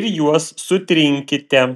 ir juos sutrinkite